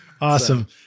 Awesome